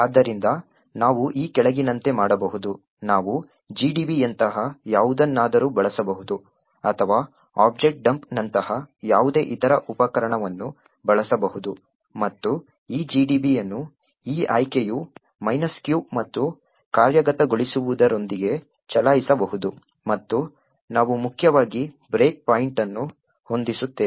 ಆದ್ದರಿಂದ ನಾವು ಈ ಕೆಳಗಿನಂತೆ ಮಾಡಬಹುದು ನಾವು GDBಯಂತಹ ಯಾವುದನ್ನಾದರೂ ಬಳಸಬಹುದು ಅಥವಾ OBJDUMP ನಂತಹ ಯಾವುದೇ ಇತರ ಉಪಕರಣವನ್ನು ಬಳಸಬಹುದು ಮತ್ತು ಈ GDB ಅನ್ನು ಈ ಆಯ್ಕೆಯು ' q' ಮತ್ತು ಕಾರ್ಯಗತಗೊಳಿಸುವುದರೊಂದಿಗೆ ಚಲಾಯಿಸಬಹುದು ಮತ್ತು ನಾವು ಮುಖ್ಯವಾಗಿ ಬ್ರೇಕ್ ಪಾಯಿಂಟ್ ಅನ್ನು ಹೊಂದಿಸುತ್ತೇವೆ